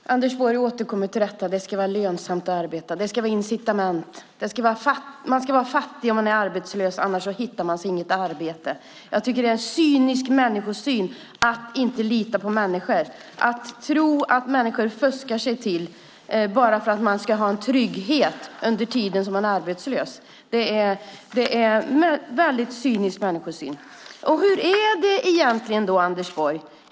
Fru talman! Anders Borg återkommer till att det ska vara lönsamt att arbeta, att det ska vara incitament, att man ska vara fattig om man är arbetslös annars hittar man inget arbete. Det är en cynisk människosyn att inte lita på människor, att tro att människor fuskar bara för att man ska ha en trygghet under tiden man är arbetslös. Det är en cynisk människosyn.